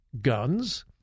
guns